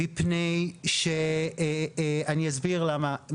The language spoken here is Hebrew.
אני אסביר למה.